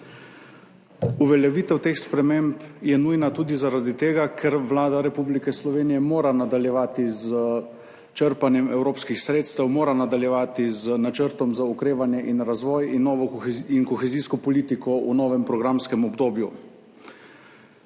Uveljavitev teh sprememb je nujna tudi zaradi tega, ker Vlada Republike Slovenije mora nadaljevati s črpanjem evropskih sredstev, mora nadaljevati z načrtom za okrevanje in razvoj in novo in kohezijsko politiko v novem programskem obdobju.